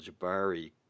Jabari